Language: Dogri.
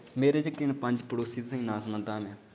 मेरे जेह्के न पंज पड़ोसी तुसेंगी नांऽ सनांदा में